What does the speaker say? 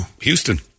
Houston